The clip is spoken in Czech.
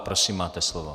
Prosím, máte slovo.